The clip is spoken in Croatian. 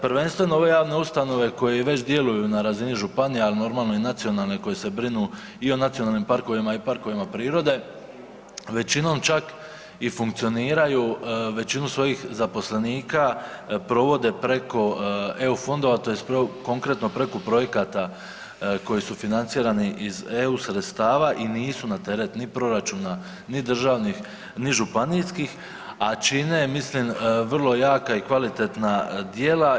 Prvenstveno ove javne ustanove koje već djeluju na razini županija, ali normalno i nacionalne koje se brinu i o nacionalnim parkovima i o parkovima prirode većinom čak i funkcioniraju većinu svojih zaposlenika provode preko EU fondova, tj. konkretno preko projekata koji su financirani iz EU sredstava i nisu na teret ni proračuna, ni državnih, ni županijskih, a čine mislim vrlo jaka i kvalitetna djela.